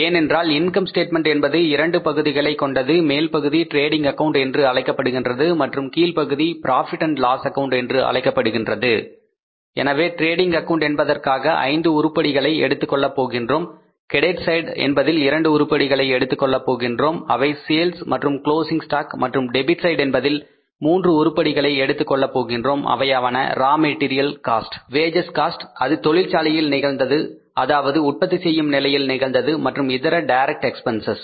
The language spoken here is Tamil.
ஏனென்றால் இன்கம் ஸ்டேட்மெண்ட் என்பது இரண்டு பகுதிகளைக் கொண்டது மேல்பகுதி டிரேடிங் அக்கவுண்ட் என்று அழைக்கப்படுகின்றது மற்றும் கீழ்ப்பகுதி profit and loss account Profit Loss Account என்று அழைக்கப்படுகின்றது எனவே டிரேடிங் அக்கவுண்ட் என்பதற்காக ஐந்து உருப்படிகளை எடுத்துக்கொள்ளப் போகின்றோம் கிரெடிட் சைடு என்பதில் 2 உருப்படிகளை எடுத்துக் கொள்ளப் போகின்றோம் அவை சேல்ஸ் மற்றும் கிளோசிங் ஸ்டாக் மற்றும் டெபிட் சைடு என்பதில் 3 உருப்படிகளை எடுத்துக் கொள்ளப் போகின்றோம் அவையாவன raw material cost wages cost அது தொழிற்சாலையில் நிகழ்ந்தது அதாவது உற்பத்தி செய்யும் நிலையில் நிகழ்ந்தது மற்றும் இதர டைரக்ட் எக்பென்சஸ்